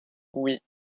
oui